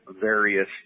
various